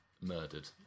murdered